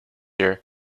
year